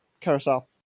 carousel